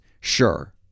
sure